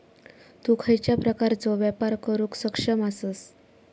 तु खयच्या प्रकारचो व्यापार करुक सक्षम आसस?